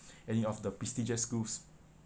any of the prestigious schools